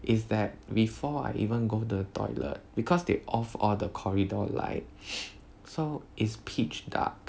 is that before I even go to the toilet because they off all the corridor light so it's pitch dark